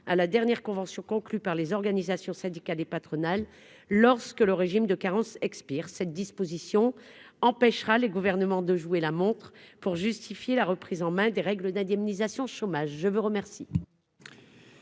à la dernière convention conclue par les organisations syndicales et patronales lorsque le régime de carence expire cette disposition empêchera les gouvernements de jouer la montre pour justifier la reprise en main des règles d'indemnisation chômage, je veux remercier.